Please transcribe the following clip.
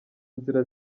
nzira